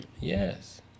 Yes